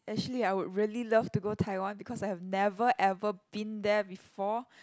actually I would really love to go Taiwan because I've never ever been there before